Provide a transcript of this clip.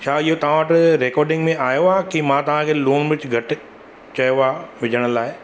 छा इहो तव्हां वटि रिकॉडिंग में आयो आहे की मां तव्हांखे लूणु मिर्च घटि चयो आहे विझण लाइ